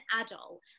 adult